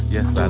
Yes